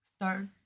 start